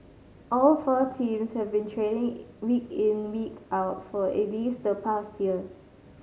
all four teams have been training week in week out for at least the past year